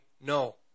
No